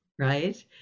Right